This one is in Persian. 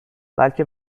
بلکه